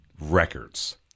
records